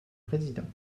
président